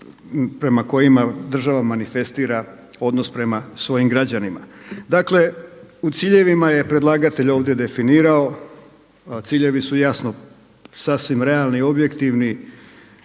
prema kojima država manifestira odnos prema svojim građanima. Dakle, u ciljevima je predlagatelj ovdje definirao, a ciljevi su jasno sasvim realni, objektivni,